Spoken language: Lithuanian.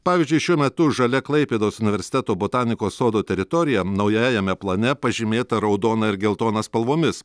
pavyzdžiui šiuo metu žalia klaipėdos universiteto botanikos sodo teritorija naujajame plane pažymėta raudona ir geltona spalvomis